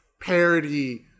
parody